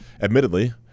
admittedly